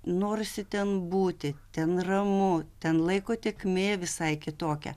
norisi ten būti ten ramu ten laiko tėkmė visai kitokia